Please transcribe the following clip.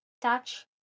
touch